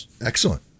Excellent